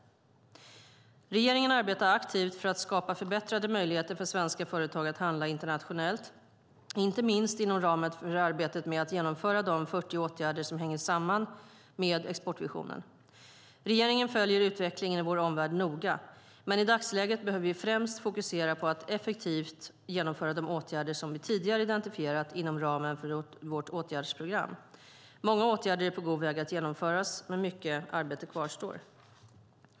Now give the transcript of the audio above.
Regeringen arbetar aktivt för att skapa förbättrade möjligheter för svenska företag att handla internationellt, inte minst inom ramen för arbetet med att genomföra de 40 åtgärder som hänger samman med exportvisionen. Regeringen följer utvecklingen i vår omvärld noga, men i dagsläget behöver vi främst fokusera på att effektivt genomföra de åtgärder som vi tidigare identifierat inom ramen för vårt åtgärdsprogram. Många åtgärder är på god väg att genomföras, men mycket arbete kvarstår.